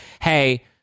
hey